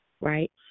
right